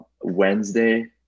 wednesday